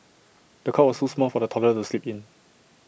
the cot was too small for the toddler to sleep in